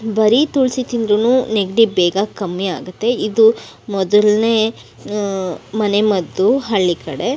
ಬರೀ ತುಳಸಿ ತಿಂದ್ರೂ ನೆಗಡಿ ಬೇಗ ಕಮ್ಮಿ ಆಗುತ್ತೆ ಇದು ಮೊದಲ್ನೇ ಮನೆ ಮದ್ದು ಹಳ್ಳಿ ಕಡೆ